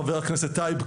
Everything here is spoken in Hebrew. חבר הכנסת טייב,